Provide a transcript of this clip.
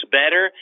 better